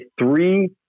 three